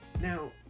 Now